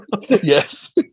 yes